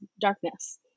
darkness